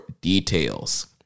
details